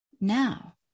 now